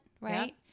right